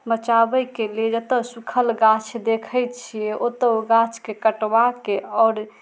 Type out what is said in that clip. बचाबयके लेल जतऽ सुखल गाछ देखय छियै ओतऽ गाछके कटबाके आओर